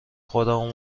خودمو